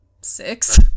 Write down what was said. Six